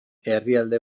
herrialde